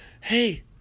hey